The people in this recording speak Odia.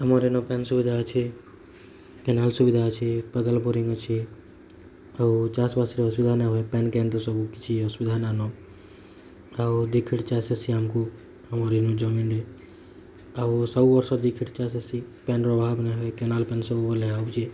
ଆମର ଏନ ଫ୍ୟାନ୍ ସୁବିଧା ଅଛି କେନାଲ୍ ସୁବିଧା ଅଛି ବୋରିଙ୍ଗ ଅଛି ଆଉ ଚାଷ ବାସ ରେ ଅସୁବିଧା ନାଇଁ ହଏ ପାନ କେ ଏନ୍ତା ସବୁ କିଛି ଅସୁବିଧା ନାଏ ନ ଆଉ ଚାଷ ହେସି ଆମକୁ ଆମର ଏନ ଜମି ରେ ଆଉ ସବୁ ବର୍ଷ ଦୁଇ ଫିଟ୍ ଚାଷ ହେସି ପାନ ର ଅଭାବ ନାଇଁ ହୁଏ କେନାଲ୍ ପାନ ସବୁବେଲେ ଆଉଛି